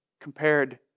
compared